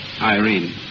Irene